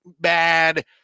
bad